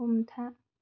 हमथा